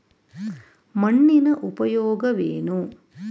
ಮಣ್ಣಿನ ಉಪಯೋಗವೇನು?